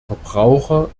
verbraucher